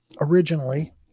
originally